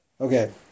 Okay